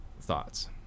thoughts